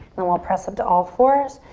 then we'll press up to all fours.